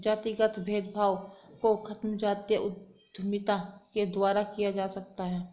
जातिगत भेदभाव को खत्म जातीय उद्यमिता के द्वारा किया जा सकता है